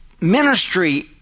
Ministry